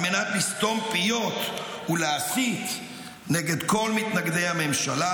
על מנת לסתום פיות ולהסית נגד כל מתנגדי הממשלה,